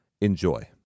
enjoy